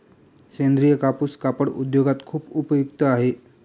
सेंद्रीय कापूस कापड उद्योगात खूप उपयुक्त आहे